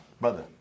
brother